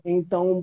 Então